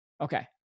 okay